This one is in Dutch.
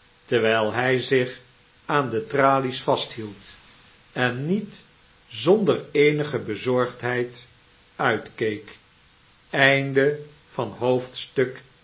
terwgl hg zich aan de tralies vasthield en niet zonder eenige bezorgdheid uitkeek